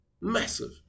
Massive